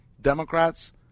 Democrats